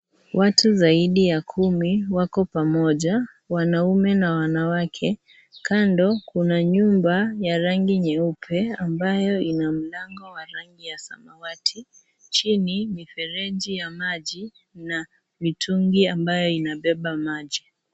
Watu zaidi ya kumi wako pamoja, wanaume na wanawake. Kando kuna nyumba ya rangi nyeupe ambayo ina mlango wa rangi ya samawati. Chini mifereji ya maji na mitungi ambayo inabeba maji.